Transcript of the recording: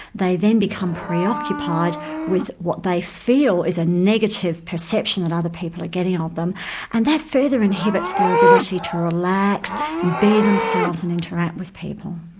they then become preoccupied with what they feel is a negative perception that other people are getting of them and that further inhibits their ability to relax and be themselves and interact with people.